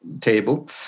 table